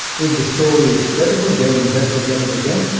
if the story is credible they will invest again and again,